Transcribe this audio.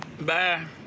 Bye